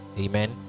amen